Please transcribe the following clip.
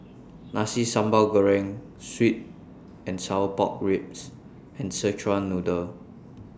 Nasi Sambal Goreng Sweet and Sour Pork Ribs and Szechuan Noodle